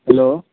hello